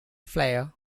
flair